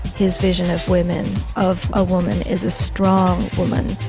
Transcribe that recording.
his vision of women of a woman is a strong woman.